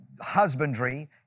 husbandry